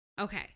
Okay